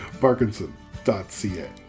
Parkinson.ca